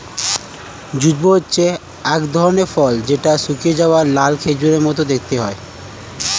jujube হচ্ছে এক ধরনের ফল যেটা শুকিয়ে যাওয়া লাল খেজুরের মত দেখতে হয়